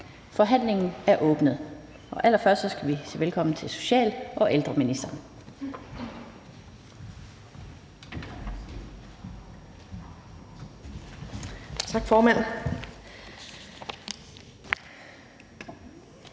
Forhandlingen er åbnet. Allerførst skal vi sige velkommen til social- og ældreministeren. Kl.